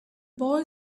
boy